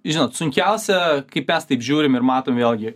žinot sunkiausia kai mes taip žiūrim ir matom vėlgi